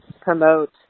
promote